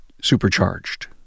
supercharged